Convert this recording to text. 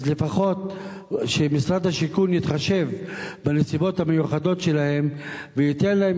לפחות שמשרד השיכון יתחשב בנסיבות המיוחדות שלהם וייתן להם